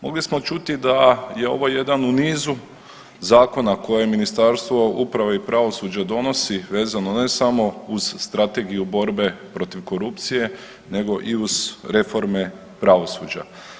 Mogli smo čuti da je ovo jedan u nizu zakona koje Ministarstvo uprave i pravosuđa donosi vezano ne samo uz Strategiju borbe protiv korupcije nego i uz reforme pravosuđa.